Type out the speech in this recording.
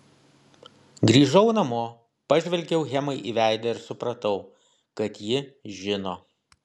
grįžau namo pažvelgiau hemai į veidą ir supratau kad ji žino